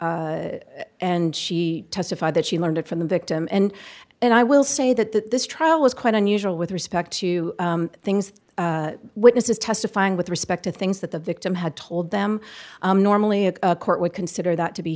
and she testified that she learned it from the victim and and i will say that that this trial was quite unusual with respect to things witnesses testifying with respect to things that the victim had told them normally a court would consider that to be